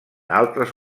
altres